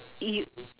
you